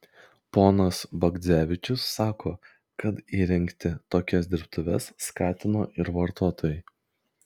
ponas bagdzevičius sako kad įrengti tokias dirbtuves skatino ir vartotojai